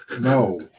no